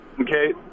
Okay